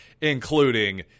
including